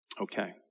Okay